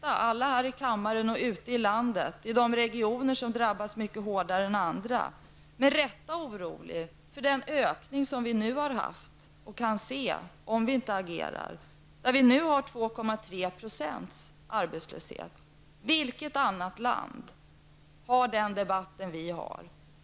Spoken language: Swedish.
Alla här i kammaren och alla ute i landet -- och de regioner som drabbas hårdare än andra -- är med rätta oroliga över den ökning av arbetslösheten som har ägt rum och som vi kan se framför oss, om vi inte agerar. I dag har vi 2,3 % arbetslöshet. Vilket annat land för den debatt som vi för?